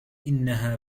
إنها